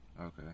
Okay